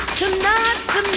tonight